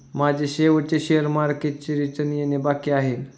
माझे शेवटचे शेअर मार्केटचे रिटर्न येणे बाकी आहे